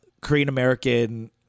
Korean-American